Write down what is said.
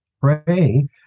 Pray